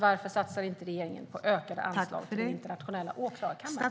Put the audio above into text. Varför satsar inte regeringen på ökade anslag till den internationella åklagarkammaren?